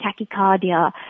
tachycardia